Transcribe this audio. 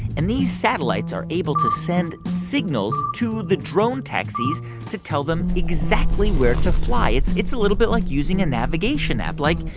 and these satellites are able to send signals to the drone taxies to tell them exactly where to fly. it's it's a little bit like using a navigation app. like,